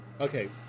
Okay